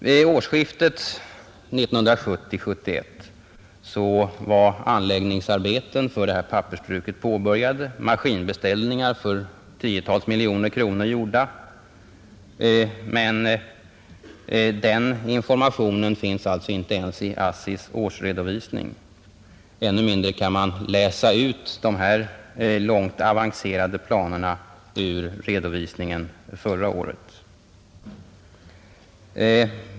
Vid årsskiftet 1970-1971 var anläggningsarbeten för detta pappersbruk påbörjade, maskinbeställningar för tiotals miljoner kronor gjorda, men den informationen finns inte ens i ASSI:s årsredovisning. Ännu mindre kan vi läsa ut dessa långt avancerade planer ur redovisningen förra året.